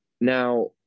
now